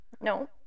No